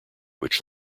which